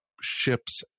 ships